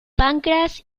pancras